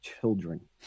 children